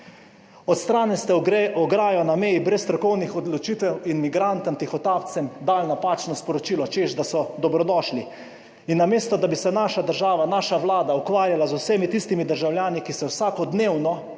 Odstranili ste ograjo na meji brez strokovnih odločitev in migrantom tihotapcem dali napačno sporočilo, češ da so dobrodošli. In namesto, da bi se naša država naša Vlada ukvarjala z vsemi tistimi državljani, **38. TRAK: (SC)